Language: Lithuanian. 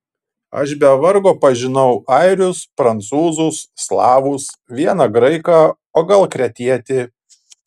aš be vargo pažinau airius prancūzus slavus vieną graiką o gal kretietį